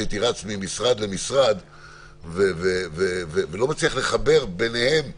שהייתי רץ ממשרד למשרד ולא מצליח לחבר ביניהם,